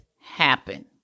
happen